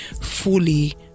fully